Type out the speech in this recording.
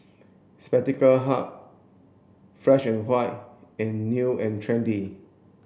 Spectacle Hut Fresh and White and New and Trendy